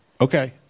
Okay